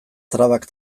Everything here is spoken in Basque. trabak